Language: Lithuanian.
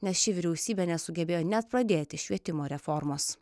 nes ši vyriausybė nesugebėjo net pradėti švietimo reformos